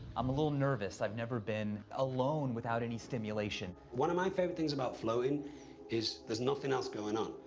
i'm a little nervous. i've never been alone without any stimulation. one of my favourite things about floating is, there's nothing else going on.